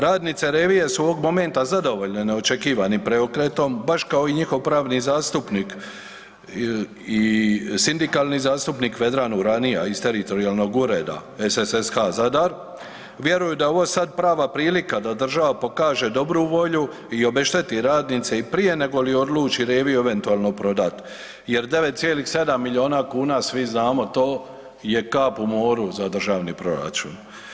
Radnice Revije su ovog momenta zadovoljne neočekivanim preokretom, baš kao i njihov pravni zastupnik i sindikalni zastupnik Vedran Uranija iz teritorijalnog ureda SSH Zadar, vjeruju da je ovo sad prava prilika da država pokaže dobru volju i obešteti radnice i prije nego li odluče Reviju eventualno prodat jer 9,7 milijuna kuna, svi znamo to, je kap u moru za državni proračun.